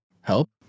help